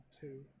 Two